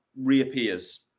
reappears